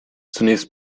zunächst